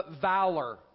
valor